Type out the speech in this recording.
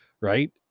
Right